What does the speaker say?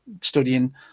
studying